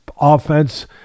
offense